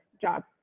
job